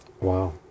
wow